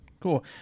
Cool